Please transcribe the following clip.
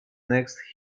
next